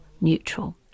neutral